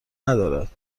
ندارد